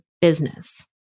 business